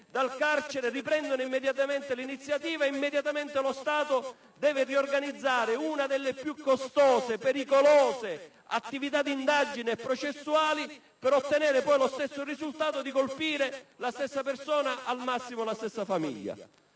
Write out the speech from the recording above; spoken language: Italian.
dal carcere, riprendono immediatamente l'iniziativa e lo Stato deve prontamente provvedere alla riorganizzazione di una delle più costose e pericolose attività di indagine e processuali per ottenere poi lo stesso risultato, ovvero colpire la stessa persona, al massimo la stessa famiglia.